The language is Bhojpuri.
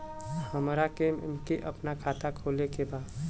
हमरा के अपना खाता खोले के बा?